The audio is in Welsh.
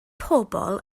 pobl